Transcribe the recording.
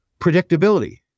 predictability